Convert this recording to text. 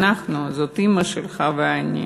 אנחנו זאת אומרת אימא שלך ואני,